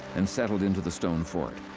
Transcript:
and settled into the stone fort.